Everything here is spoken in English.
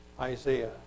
Isaiah